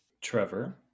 Trevor